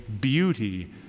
beauty